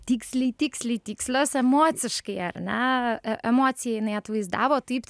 tiksliai tiksliai tikslios emociškai ar na emociją jinai atvaizdavo taip